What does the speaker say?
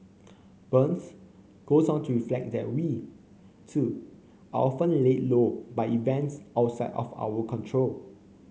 burns goes on to reflect that we too are often laid low by events outside of our control